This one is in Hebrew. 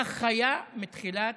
כך היה מתחילת